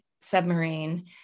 submarine